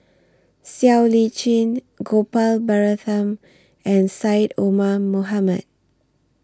Siow Lee Chin Gopal Baratham and Syed Omar Mohamed